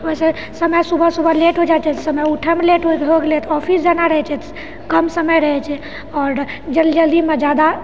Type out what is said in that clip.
वैसे समय सुबह सुबह लेट हो जाइ छै समय उठऽमे लेट होइ हो गेलै तऽ ऑफिस जाना रहै छै कम समय रहै छै आओर जल्दी जल्दीमे जादा